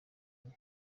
enye